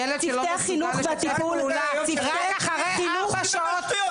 ילד שלא מסוגל לשתף פעולה, רק אחרי ארבע שעות.